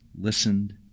listened